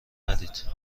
ندید